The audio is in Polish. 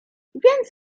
więc